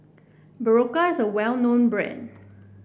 Berocca is a well known brand